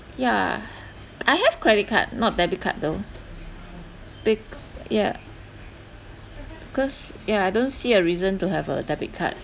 yeah I have credit card not debit card though bec~ yeah because yeah I don't see a reason to have a debit card